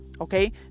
Okay